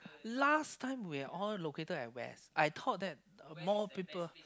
last time we are all located at west I thought that more people